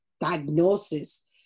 diagnosis